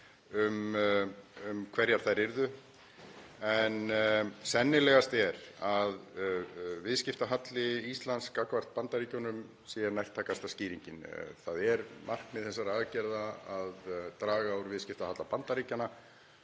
um hverjar þær yrðu. En sennilegast er að viðskiptahalli Íslands gagnvart Bandaríkjunum sé nærtækasta skýringin. Það er markmið þessara aðgerða að draga úr viðskiptahalla Bandaríkjanna